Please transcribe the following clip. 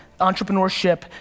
Entrepreneurship